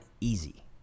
easy